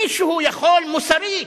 מישהו יכול, מוסרית,